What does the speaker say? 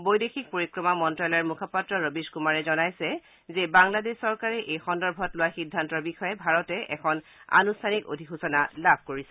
বৈদেশিক পৰিক্ৰমা মন্তালয়ৰ মুখপাত্ৰ ৰবিশ কুমাৰে জনাইছে যে বাংলাদেশ চৰকাৰে এই সন্দৰ্ভত লোৱা সিদ্ধান্তৰ বিষয়ে ভাৰতে এখন আনুষ্ঠানিক অধিসূচনা লাভ কৰিছে